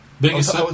Biggest